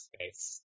space